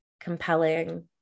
compelling